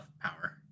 power